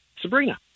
Sabrina